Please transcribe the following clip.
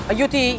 Aiuti